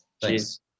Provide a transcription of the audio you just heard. thanks